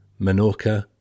Menorca